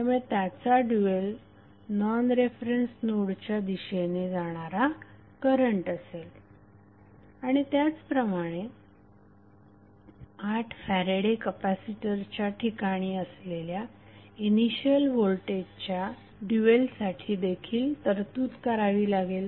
त्यामुळे त्याचा dual non reference नोडच्या दिशेने जाणारा करंट असेल आणि त्याचप्रमाणे 8 फॅरेडे कपॅसिटरच्या ठिकाणी असलेल्या इनिशियल व्होल्टेजच्या ड्यूएलसाठी देखील तरतूद करावी लागेल